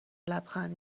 لبخند